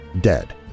dead